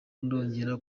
ndongera